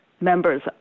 members